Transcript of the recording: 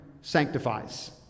sanctifies